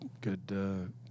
good